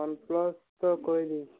one plus ତ କହିଲି